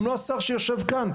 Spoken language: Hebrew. גם לא עם השר שיושב כאן,